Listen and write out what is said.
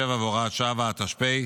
67 והוראת שעה),